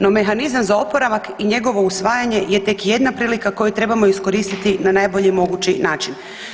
No, mehanizam za oporavak i njegovo usvajanje je tek jedna prilika koju trebamo iskoristiti na najbolji mogući način.